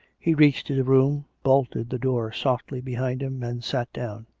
he reached his room, bolted the door softly behind him, and sat down.